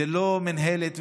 זה לא מינהלת.